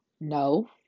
no